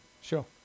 Sure